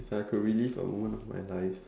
if I could relieve a moment of my life